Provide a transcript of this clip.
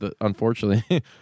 unfortunately